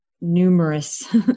numerous